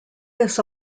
this